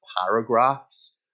paragraphs